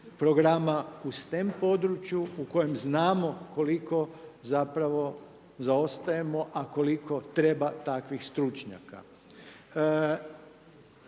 u kojem znamo koliko zaostajemo, a koliko treba takvih stručnjaka.